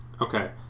Okay